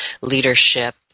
leadership